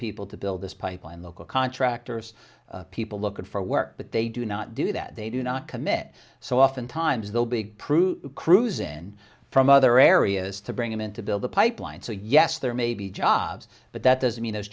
people to build this pipeline local contractors people looking for work but they do not do that they do not commit so oftentimes they'll big proof crews in from other areas to bring them in to build a pipeline so yes there may be jobs but that doesn't mean those